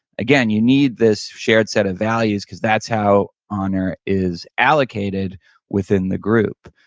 again, you need this shared set of values because that's how honor is allocated within the group.